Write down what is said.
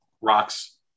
rocks